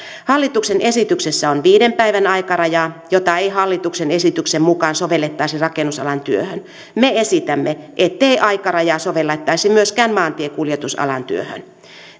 hallituksen esityksessä on viiden päivän aikaraja jota ei hallituksen esityksen mukaan sovellettaisi rakennusalan työhön me esitämme ettei aikarajaa sovellettaisi myöskään maantiekuljetusalan työhön